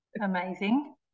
Amazing